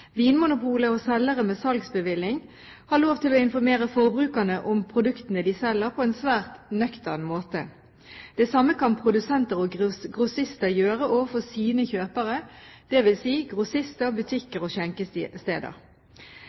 Vinmonopolet og selgere med salgsbevilling har lov til å informere forbrukerne om produktene de selger, på en svært nøktern måte. Det samme kan produsenter og grossister gjøre overfor sine kjøpere – det vil si grossister, butikker og